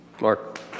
Mark